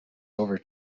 over